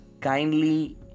kindly